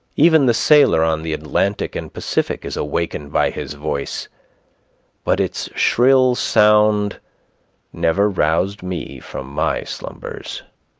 even the sailor on the atlantic and pacific is awakened by his voice but its shrill sound never roused me from my slumbers.